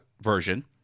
version